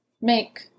make